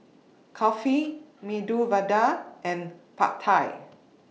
Kulfi Medu Vada and Pad Thai